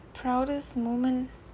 proudest moment